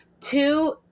two